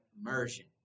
immersion